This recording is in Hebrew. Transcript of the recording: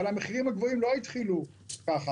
אבל המחירים הגבוהים לא התחילו כך.